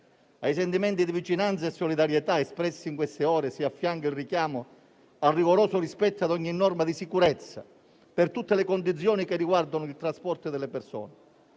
ai sentimenti di vicinanza e solidarietà espressi in queste ore, si affianca il richiamo al rigoroso rispetto di ogni norma di sicurezza, per tutte le condizioni che riguardano il trasporto delle persone.